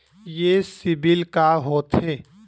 ये सीबिल का होथे?